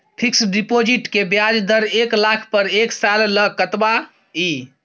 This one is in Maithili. फिक्सड डिपॉजिट के ब्याज दर एक लाख पर एक साल ल कतबा इ?